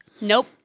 Nope